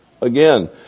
again